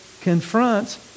confronts